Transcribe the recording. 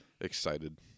excited